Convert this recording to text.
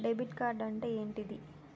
Debit card అంటే ఏంటిది?